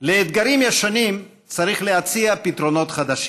לאתגרים ישנים צריך להציע פתרונות חדשים,